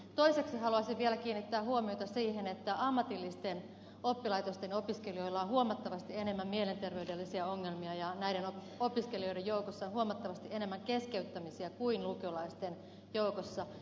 toiseksi haluaisin vielä kiinnittää huomiota siihen että ammatillisten oppilaitosten opiskelijoilla on huomattavasti enemmän mielenterveydellisiä ongelmia ja näiden opiskelijoiden joukossa on huomattavasti enemmän keskeyttämisiä kuin lukiolaisten joukossa